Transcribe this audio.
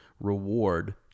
reward